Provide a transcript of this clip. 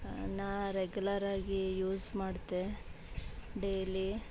ನಾ ರೆಗ್ಯುಲರಾಗಿ ಯೂಸ್ ಮಾಡ್ತೆ ಡೇಲಿ